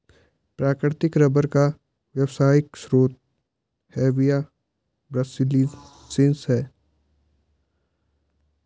प्राकृतिक रबर का व्यावसायिक स्रोत हेविया ब्रासिलिएन्सिस है